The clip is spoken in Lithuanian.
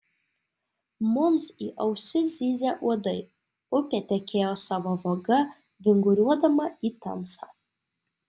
mums į ausis zyzė uodai upė tekėjo savo vaga vinguriuodama į tamsą